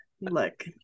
Look